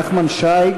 נחמן שי,